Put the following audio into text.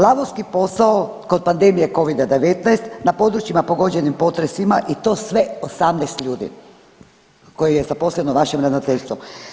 Lavovski posao kod pandemije covida-19 na područjima pogođenim potresima i to sve 18 ljudi koje je zaposlilo vaše ravnateljstvo.